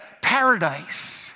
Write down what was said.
paradise